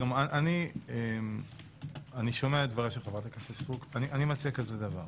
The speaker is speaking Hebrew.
אני שומע את דבריה של חברת הכנסת סטרוק ואני מציע כזה דבר: